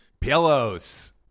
pillows